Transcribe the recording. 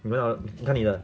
没有你看你的